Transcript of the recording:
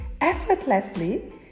effortlessly